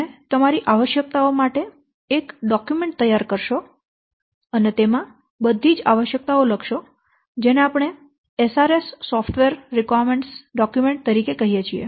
તમે તમારી આવશ્યકતાઓ માટે એક દસ્તાવેજ તૈયાર કરશો અને તે દસ્તાવેજો માં બધી આવશ્યકતાઓ લખશો જેને આપણે SRS સોફ્ટવેર આવશ્યકતાઓ દસ્તાવેજ તરીકે કહીએ છીએ